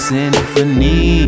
Symphony